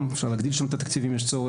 אפשר להגדיל שם את התקציב אם יש צורך.